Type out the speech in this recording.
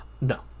No